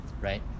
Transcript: right